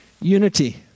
Unity